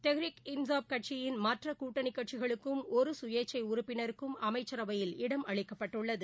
தெஹ்ரிகே இன்சாஃப் கட்சியுடன் மற்ற கூட்டணி கட்சிகளுக்கும் ஒரு கயேச்சை உறுப்பினருக்கும் அமைச்சரவையில் இடம் அளிக்கப்பட்டுள்ளது